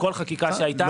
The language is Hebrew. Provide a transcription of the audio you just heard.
בכל חקיקה שהייתה.